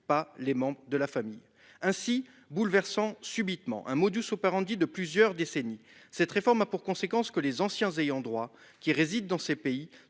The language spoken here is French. pas les membres de la famille ainsi bouleversant subitement un modus operandi de plusieurs décennies. Cette réforme a pour conséquence que les anciens ayant droit qui réside dans ces pays